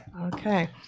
Okay